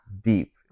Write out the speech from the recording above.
deep